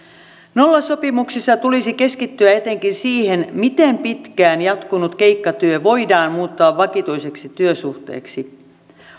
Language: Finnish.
nollasopimuksissa tulisi keskittyä etenkin siihen miten pitkään jatkunut keikkatyö voidaan muuttaa vakituiseksi työsuhteeksi